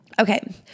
Okay